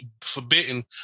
forbidden